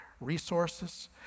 resources